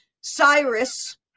Cyrus